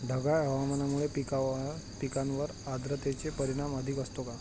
ढगाळ हवामानामुळे पिकांवर आर्द्रतेचे परिणाम अधिक असतो का?